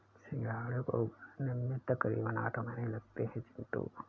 सिंघाड़े को उगने में तकरीबन आठ महीने लगते हैं चिंटू